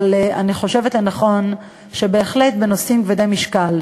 אבל אני חושבת שבהחלט בנושאים כבדי משקל,